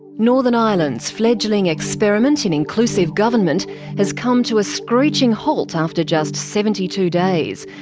northern ireland's fledgling experiment in inclusive government has come to a screeching halt after just seventy two days,